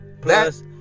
Plus